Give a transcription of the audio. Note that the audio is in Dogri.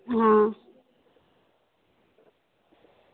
आं